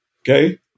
okay